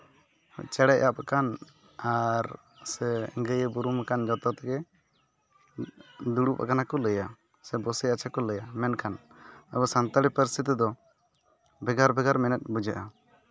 ᱪᱮᱬᱮᱭ ᱟᱯ ᱟᱠᱟᱱ ᱟᱨ ᱥᱮ ᱜᱟᱹᱭᱮ ᱵᱩᱨᱩᱢ ᱟᱠᱟᱱ ᱡᱚᱛᱚ ᱛᱮᱜᱮ ᱫᱩᱲᱩᱵ ᱟᱠᱟᱱᱟ ᱠᱚ ᱞᱟᱹᱭᱟ ᱥᱮ ᱵᱚᱥᱮ ᱟᱪᱷᱮ ᱠᱚ ᱞᱟᱹᱭᱟ ᱢᱮᱱᱠᱷᱟᱱ ᱟᱵᱚ ᱥᱟᱱᱛᱟᱲᱤ ᱯᱟᱹᱨᱥᱤ ᱛᱮᱫᱚ ᱵᱷᱮᱜᱟᱨ ᱵᱷᱮᱜᱟᱮ ᱢᱮᱱᱮᱵᱮᱫ ᱵᱩᱡᱷᱟᱹᱜᱼᱟ